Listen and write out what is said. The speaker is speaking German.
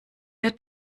der